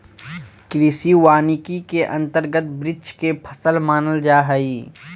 कृषि वानिकी के अंतर्गत वृक्ष के फसल मानल जा हइ